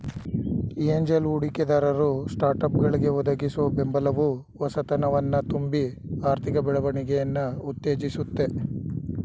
angel ಹೂಡಿಕೆದಾರರು ಸ್ಟಾರ್ಟ್ಅಪ್ಗಳ್ಗೆ ಒದಗಿಸುವ ಬೆಂಬಲವು ಹೊಸತನವನ್ನ ತುಂಬಿ ಆರ್ಥಿಕ ಬೆಳವಣಿಗೆಯನ್ನ ಉತ್ತೇಜಿಸುತ್ತೆ